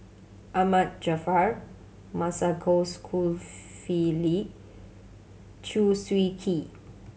Ahmad Jaafar Masagos Zulkifli Chew Swee Kee